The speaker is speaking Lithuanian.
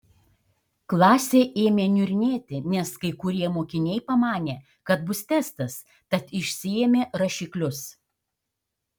klasė ėmė niurnėti nes kai kurie mokiniai pamanė kad bus testas tad išsiėmė rašiklius